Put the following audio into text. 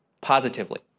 Positively